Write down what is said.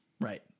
Right